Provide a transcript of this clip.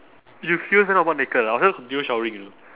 you still went out butt naked ah I will just continue showering